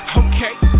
okay